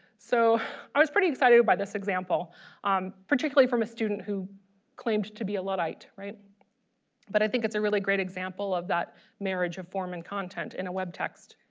so i was pretty excited by this example um particularly from a student who claimed to be a luddite right but i think it's a really great example of that marriage of form and content in a web text.